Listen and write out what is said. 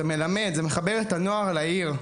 מלמד ומחבר את הנוער לעיר,